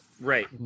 Right